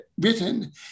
written